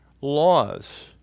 laws